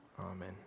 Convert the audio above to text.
Amen